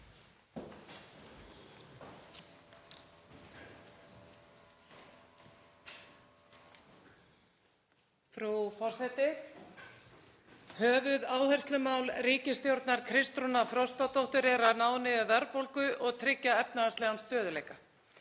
Frú forseti. Höfuðáherslumál ríkisstjórnar Kristrúnar Frostadóttur er að ná niður verðbólgu og tryggja efnahagslegan stöðugleika.